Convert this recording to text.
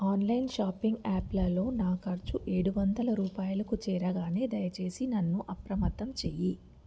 online shopping యాప్లలో నా ఖర్చు ఏడు వందల రూపాయలకు చేరగానే దయచేసి నన్ను అప్రమత్తం చేయి